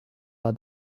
war